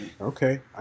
Okay